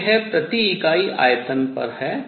तो यह प्रति इकाई आयतन पर है